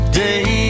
day